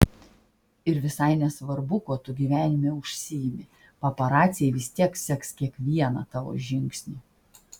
ir visai nesvarbu kuo tu gyvenime užsiimi paparaciai vis tiek seks kiekvieną tavo žingsnį